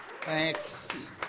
Thanks